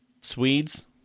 Swedes